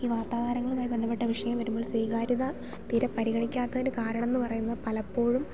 ഈ വാർത്താകാരാങ്ങളുമായി ബന്ധപ്പെട്ട വിഷയം വരുമ്പോൾ സ്വീകാര്യത തീരെ പരിഗണിക്കാത്തതിന് കാരണം എന്ന് പറയുന്നത് പലപ്പോഴും